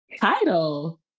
title